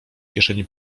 kieszeni